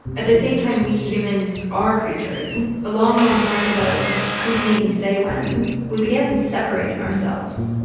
at the same time we humans are creatures, a long, long time ago who can even say when? we began separating ourselves.